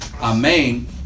amen